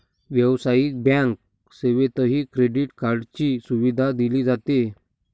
व्यावसायिक बँक सेवेतही क्रेडिट कार्डची सुविधा दिली जाते